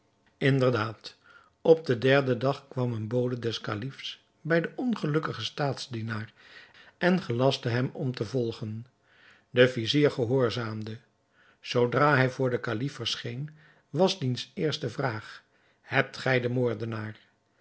inderdaad op den derden dag kwam een bode des kalifs bij den ongelukkigen staatsdienaar en gelastte hem om te volgen de vizier gehoorzaamde zoodra hij voor den kalif verscheen was diens eerste vraag hebt gij den moordenaar